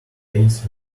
days